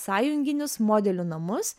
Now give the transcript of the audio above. sąjunginius modelių namus